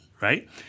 right